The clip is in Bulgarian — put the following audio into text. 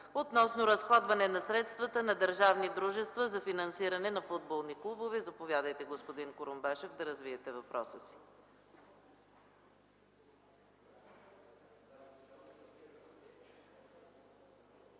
относно разходване на средствата на държавни дружества за финансиране на футболни клубове. Заповядайте, господин Курумбашев, да развиете въпроса си.